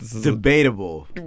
Debatable